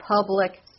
public